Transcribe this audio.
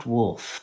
Wolf